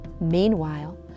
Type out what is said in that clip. Meanwhile